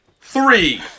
three